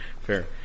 Fair